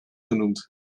genoemd